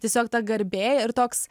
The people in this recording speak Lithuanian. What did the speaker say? tiesiog ta garbė ir toks